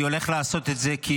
אני הולך לעשות את זה כי,